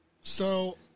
So-